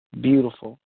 Beautiful